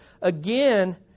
again